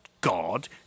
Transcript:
God